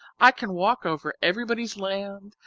i can walk over everybody's land,